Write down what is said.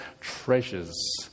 treasures